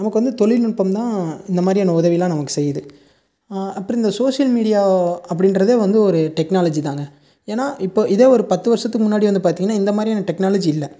நமக்கு வந்து தொழில்நுட்பம் தான் இந்த மாதிரியான உதவியெலாம் நமக்கு செய்யுது அப்புறோம் இந்த சோஷியல் மீடியா அப்படின்றதே வந்து ஒரு டெக்னாலஜிதாங்க ஏன்னா இப்போ இதே ஒரு பத்து வருஷத்துக்கு முன்னாடி வந்து பார்த்திங்கனா இந்த மாதிரியான டெக்னாலஜி இல்லை